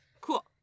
cool